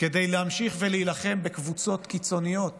כדי להמשיך ולהילחם בקבוצות קיצוניות